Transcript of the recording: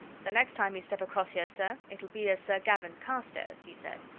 the next time you step across here, sir, it'll be as sir gavin carstairs! he said.